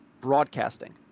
Broadcasting